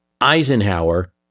Eisenhower